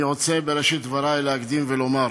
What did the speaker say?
אני רוצה בראשית דברי להקדים ולומר,